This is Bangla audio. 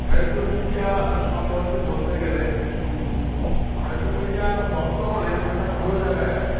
ভারতীয় মিডিয়া সম্পর্কে বলতে গেলে ভারতীয় মিডিয়া বর্তমানে একটা ভালো জায়গায় আছে